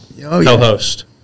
Co-host